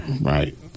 right